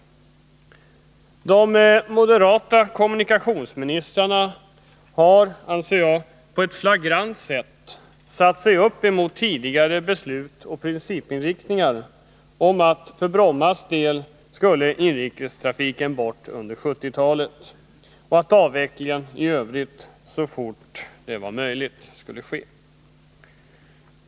De moderata kommunikationsministrarna har — anser jag — på ett flagrant sätt satt sig upp emot tidigare beslut och principinriktningar om att inrikestrafiken för Brommas del skall bort under 1970-talet och att en avveckling skall ske så fort det är möjligt.